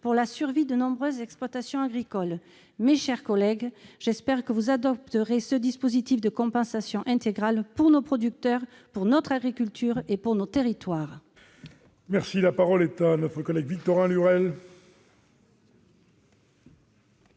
péril la survie de nombreuses exploitations agricoles. Mes chers collègues, j'espère que vous adopterez ce dispositif de compensation intégrale pour nos producteurs, pour notre agriculture et pour nos territoires ! La parole est à M. Victorin Lurel,